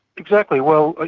exactly. well,